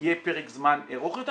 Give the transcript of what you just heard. ושיהיה פרק זמן ארוך יותר,